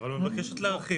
אבל היא מבקשת להרחיב.